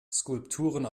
skulpturen